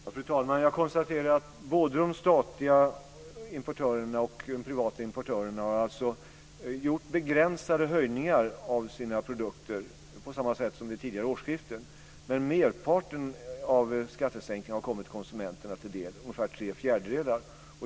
Fru talman! Jag konstaterar att både den statliga importören och de privata importörerna har gjort begränsade prishöjningar på sina produkter på samma sätt som vid tidigare årsskiften. Men merparten av skattesänkningen har kommit konsumenterna till del, ungefär tre fjärdedelar.